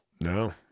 No